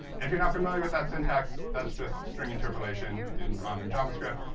if you're not familiar with that syntax, that's just string interpolation in modern javascript.